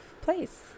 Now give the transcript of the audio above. place